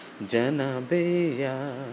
janabeya